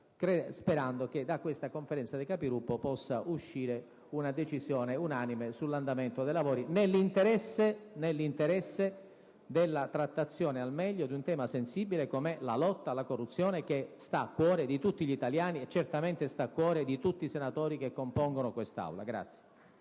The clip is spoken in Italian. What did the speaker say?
Spero che da essa possa scaturire una decisione unanime sull'andamento dei lavori, nell'interesse della trattazione al meglio di un tema sensibile come la lotta alla corruzione, tema che sta a cuore di tutti gli italiani e certamente di tutti i senatori che compongono quest'Assemblea.